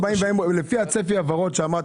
במקום 15%. לפי הצפי הירוק,